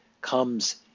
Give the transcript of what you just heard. comes